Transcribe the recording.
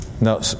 No